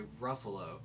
Ruffalo